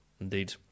Indeed